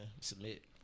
Submit